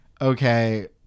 okay